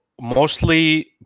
mostly